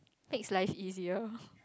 makes life easier